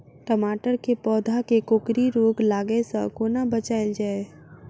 टमाटर केँ पौधा केँ कोकरी रोग लागै सऽ कोना बचाएल जाएँ?